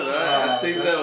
ya then